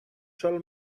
tell